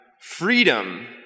freedom